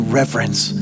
reverence